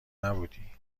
نبودی